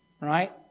right